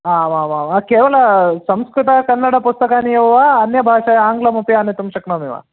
आम् आम् आम् केवलं संस्कृतकन्नडपुस्तकानि एव वा अन्यभाषया आङ्ग्लमपि आनेतुं शक्नोमि वा